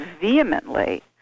vehemently